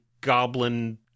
goblin